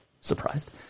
Surprised